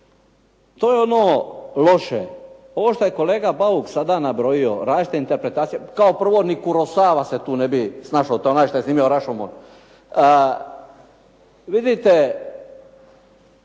To je ono loše. Ovo što je kolega Bauk sada nabrojio različite interpretacije kao prvo ni Kurosawa se tu ne bi snašao, to je onaj šta je snimio Rašomon.